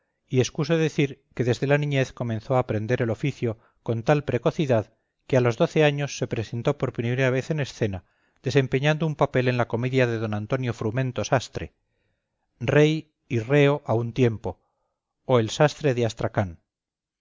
y excuso decir que desde la niñez comenzó a aprender el oficio con tal precocidad que a los doce años se presentó por primera vez en escena desempeñando un papel en la comedia de don antonio frumento sastre rey y reo a un tiempo o el sastre de astracán